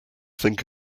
think